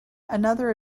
another